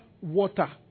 water